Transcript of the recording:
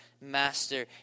master